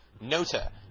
NOTA